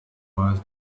was